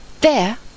There